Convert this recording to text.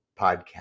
Podcast